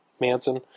Manson